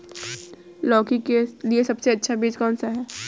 लौकी के लिए सबसे अच्छा बीज कौन सा है?